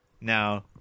Now